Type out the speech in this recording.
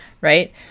right